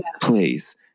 Please